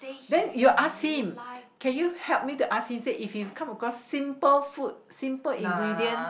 then you ask him can you help me to ask him said if you come across simple food simple ingredient